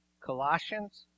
Colossians